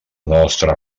nostra